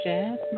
Jazz